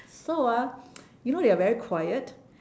so ah you know they are very quiet